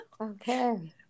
okay